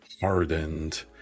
hardened